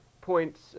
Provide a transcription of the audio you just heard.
points